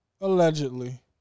Allegedly